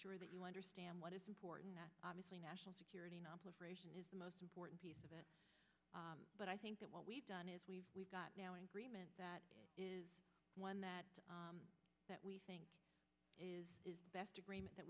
sure that you understand what is important that obviously national security nonproliferation is the most important piece of it but i think that what we've done is we've we've got now an freeman that is one that that we think is the best agreement that